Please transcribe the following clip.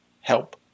help